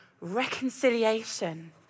reconciliation